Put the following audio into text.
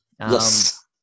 Yes